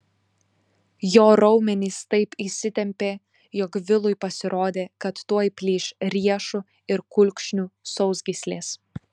jo raumenys taip įsitempė jog vilui pasirodė kad tuoj plyš riešų ir kulkšnių sausgyslės